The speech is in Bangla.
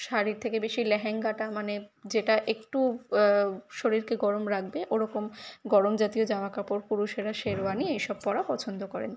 শাড়ির থেকে বেশি লেহেঙ্গাটা মানে যেটা একটু শরীরকে গরম রাখবে ওরকম গরম জাতীয় জামাকাপড় পুরুষেরা শেরওয়ানি এইসব পরা পছন্দ করেন